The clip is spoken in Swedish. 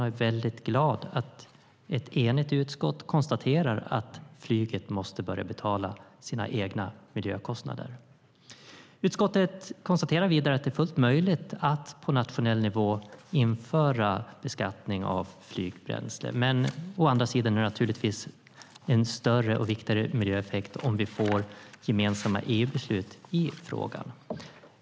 Jag är väldigt glad att ett enigt utskott konstaterar att flyget måste börja betala sina egna miljökostnader. Utskottet konstaterar vidare att det är fullt möjligt att på nationell nivå införa beskattning av flygbränsle. Men å andra sidan är det en större och viktigare miljöeffekt om vi får gemensamma EU-beslut i frågan.